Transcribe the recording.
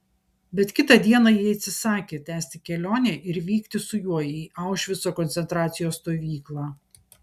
bet kitą dieną ji atsisakė tęsti kelionę ir vykti su juo į aušvico koncentracijos stovyklą